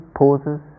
pauses